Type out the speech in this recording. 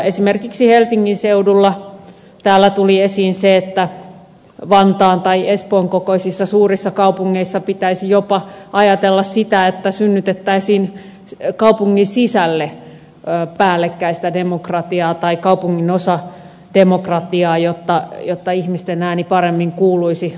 esimerkiksi helsingin seudulla täällä tuli esiin se että vantaan tai espoon kokoisissa suurissa kaupungeissa pitäisi jopa ajatella sitä että synnytettäisiin kaupungin sisälle päällekkäistä demokratiaa tai kaupunginosademokratiaa jotta ihmisten ääni paremmin kuuluisi